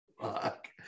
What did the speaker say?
Fuck